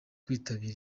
kwitabira